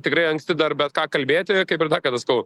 tikrai anksti dar bet ką kalbėti kaip ir daktaras tu